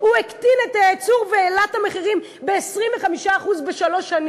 ואין בו צמיחה.